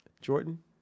Jordan